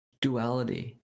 Duality